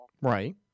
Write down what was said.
Right